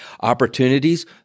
Opportunities